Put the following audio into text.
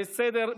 בסדר.